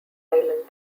island